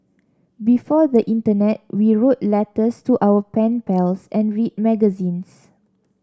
before the internet we wrote letters to our pen pals and read magazines